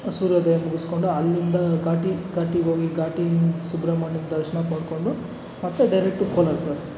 ಸೂರ್ಯೋದಯ ಮುಗಿಸ್ಕೊಂಡು ಅಲ್ಲಿಂದ ಘಾಟಿ ಘಾಟಿಗೋಗಿ ಘಾಟಿಯಿಂದ ಸುಬ್ರಹ್ಮಣ್ಯನ ದರ್ಶನ ಮಾಡ್ಕೊಂಡು ಮತ್ತೆ ಡೈರೆಕ್ಟ್ ಕೋಲಾರ ಸರ್